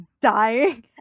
dying